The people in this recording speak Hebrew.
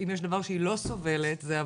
אם יש דבר שהיא לא סובלות זה,